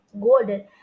golden